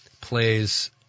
plays